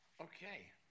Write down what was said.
Okay